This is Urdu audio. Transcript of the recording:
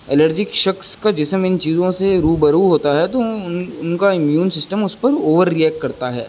الرجی شخص کا جسم ان چیزوں سے روبرو ہوتا ہے تو ان ان کا امیون سسٹم اس پر اوور رئیکٹ کرتا ہے